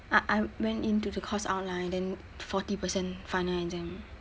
I I went into the course outline then forty percent final exam